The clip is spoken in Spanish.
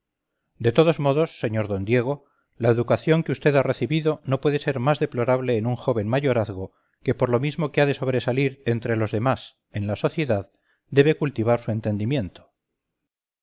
de todos modos sr d diego la educación que vd ha recibido no puede ser más deplorable en un joven mayorazgo que por lo mismo que ha de sobresalir entre los demás en la sociedad debe cultivar su entendimiento